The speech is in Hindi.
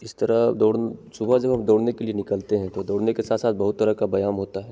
इस तरह दौड़ सुबह जब हम दौड़ने के लिए निकलते हैं तो दौड़ने के साथ साथ बहुत तरह का व्यायाम होता है